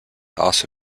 also